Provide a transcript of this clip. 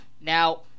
Now